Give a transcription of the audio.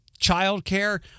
childcare